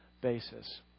basis